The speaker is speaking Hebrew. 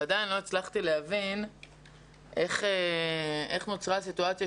ועדיין לא הצלחתי להבין איך נוצרה הסיטואציה